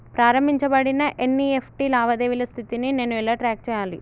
ప్రారంభించబడిన ఎన్.ఇ.ఎఫ్.టి లావాదేవీల స్థితిని నేను ఎలా ట్రాక్ చేయాలి?